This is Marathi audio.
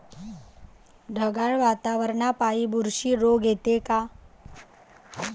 ढगाळ वातावरनापाई बुरशी रोग येते का?